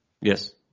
Yes